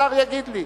השר יגיד לי.